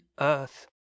earth